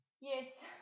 Yes